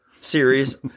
Series